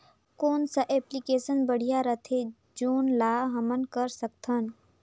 कौन सा एप्लिकेशन बढ़िया रथे जोन ल हमन कर सकथन?